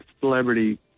celebrity